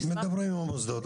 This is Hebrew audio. מדברים עם המוסדות,